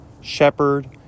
Shepherd